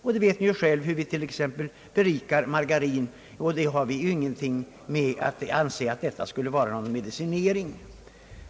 Vi vet ju själva hur vi t.ex. berikar margarin, och det betraktar vi inte som någon medicinering.